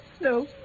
no